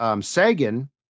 Sagan